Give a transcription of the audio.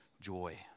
joy